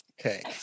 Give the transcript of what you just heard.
Okay